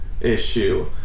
issue